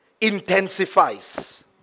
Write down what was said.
intensifies